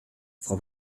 frau